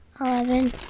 eleven